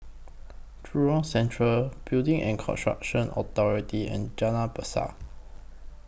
Jurong Central Building and Construction Authority and Jalan Besar